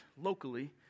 locally